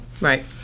Right